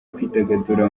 kwidagadura